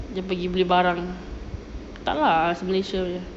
dia pergi beli barang tak lah malaysia punya